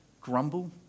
grumble